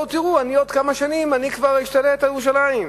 בעוד כמה שנים אני אשתלט על ירושלים.